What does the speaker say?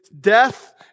death